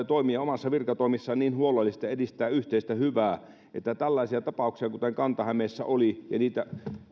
toimia omissa virkatoimissaan huolellisesti ja edistää yhteistä hyvää on tällaisia tapauksia kuten kanta hämeessä oli ja